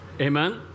amen